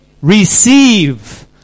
Receive